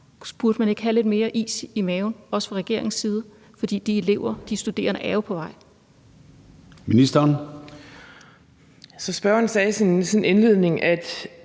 Burde man ikke have lidt mere is i maven også fra regeringens side, for de elever, de studerende er jo på vej? Kl. 13:50 Formanden (Søren Gade): Ministeren.